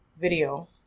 video